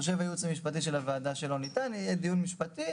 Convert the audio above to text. או חושב הייעוץ המשפטי של הוועדה שלא ניתן - יהיה דיון משפטי,